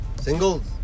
Singles